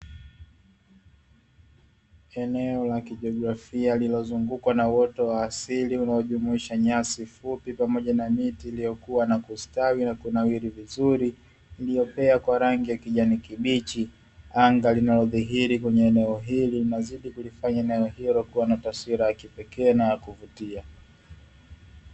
Eneo la kijografia lililozungukwa na uoto wa asili, unaojumuisha nyasi fupi, pamoja na miti iliyokua na kustawi na kunawiri vizuri, iliyopea, kwa rangi ya kijani kibichi, anga, linalodhihiri kwenye eneo hili, linazidi kulifanya eneo hilo kuwa na taswira ya kipekee na ya kuvutia.